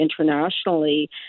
internationally